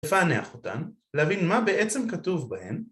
לפענח אותן, להבין מה בעצם כתוב בהן